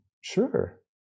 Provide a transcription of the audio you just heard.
sure